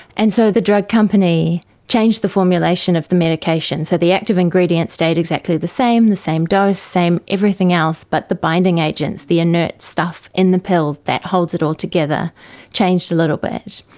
and so the drug company changed the formulation of the medication, so the active ingredient stayed exactly the same, the same dose, same everything else, but the binding agents, the inert stuff in the pill that holds it altogether changed a little bit.